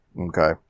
Okay